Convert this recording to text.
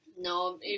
no